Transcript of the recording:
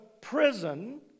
prison